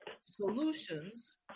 solutions